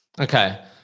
Okay